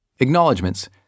Acknowledgements